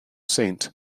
saint